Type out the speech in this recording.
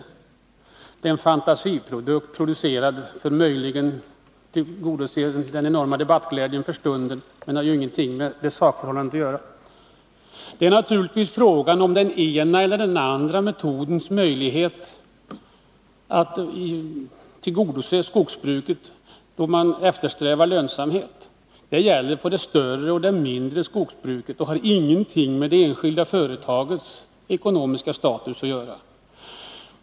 Det ären fantasiprodukt, som möjligen tillgodoser den enorma debattglädjen för stunden men som inte har någonting med sakförhållandet att göra. Det är naturligtvis fråga om den ena eller andra metodens möjlighet att tillgodose skogsbruket då man eftersträvar lönsamhet. Det gäller både det större och det mindre skogsbruket och har ingenting med det enskilda företagets ekonomiska status att göra.